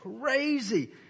crazy